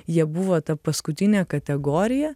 jie buvo ta paskutinė kategorija